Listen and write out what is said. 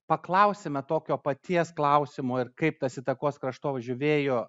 paklausėme tokio paties klausimo ir kaip tas įtakos kraštovaizdžio vėjo